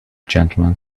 gentlemen